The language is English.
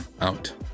out